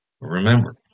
Remember